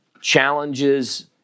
challenges